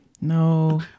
No